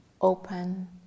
open